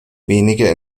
weniger